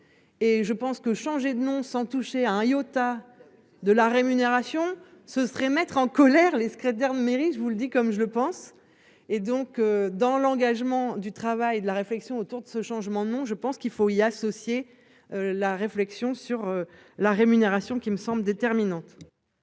Et je pense que changer de nom sans toucher à un iota. De la rémunération, ce serait mettre en colère les secrétaires mairie je vous le dis comme je le pense et donc dans l'engagement du travail de la réflexion autour de ce changement de nom, je pense qu'il faut y associer. La réflexion sur la rémunération qui me semble déterminante.